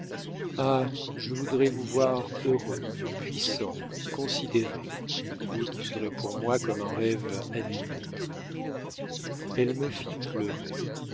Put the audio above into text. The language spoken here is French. ah je voudrais vous voir heureux puissant considéré vous qui serez pour moi comme un rêve animé elle me fit pleurer